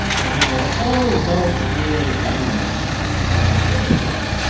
and you know the polls don't really mean much these days